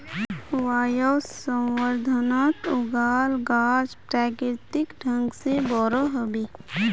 वायवसंवर्धनत उगाल गाछ प्राकृतिक ढंग से बोरो ह बे